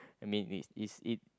I mean it's it's it